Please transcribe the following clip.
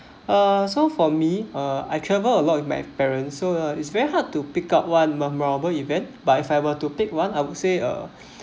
uh so for me uh I travel a lot with my parents so uh it's very hard to pick up one memorable event by if I were to pick one I would say uh